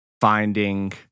finding